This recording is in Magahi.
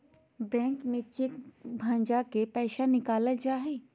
बैंक में चेक भंजा के पैसा निकालल जा हय